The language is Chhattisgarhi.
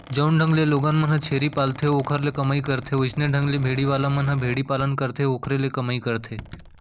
जउन ढंग ले लोगन मन ह छेरी पालथे अउ ओखर ले कमई करथे वइसने ढंग ले भेड़ी वाले मन ह भेड़ी पालन करथे अउ ओखरे ले कमई करथे